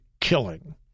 killing